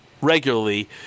regularly